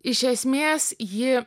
iš esmės ji